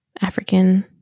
African